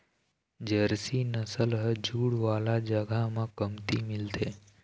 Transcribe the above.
Jersey नसल ह जूड़ वाला जघा म कमती मिलथे